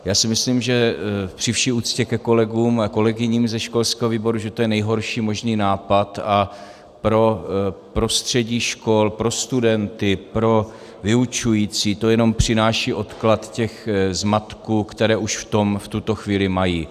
Já si myslím, při vší úctě ke kolegům a kolegyním ze školského výboru, že to je nejhorší možný nápad a pro prostředí škol, pro studenty, pro vyučující to jenom přináší odklad těch zmatků, které už v tom v tuto chvíli mají.